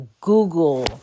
Google